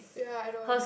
ya I know